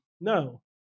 no